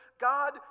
God